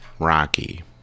Rocky